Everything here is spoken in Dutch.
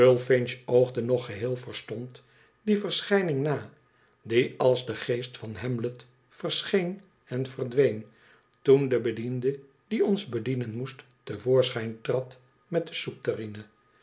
oogde nog geheel verstomd die verschijning na die als de geest van hamlet verscheen en verdween toen de bediende die ons bedienen moest te voorschijn trad met de